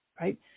right